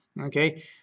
okay